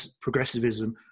progressivism